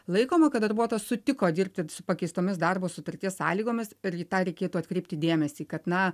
laikoma kad darbuotojas sutiko dirbti pakeistomis darbo sutarties sąlygomis ir į tą reikėtų atkreipti dėmesį kad na